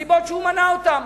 מסיבות שהוא מנה אותן.